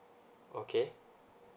okay